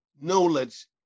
knowledge